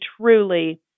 truly